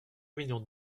millions